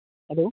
hello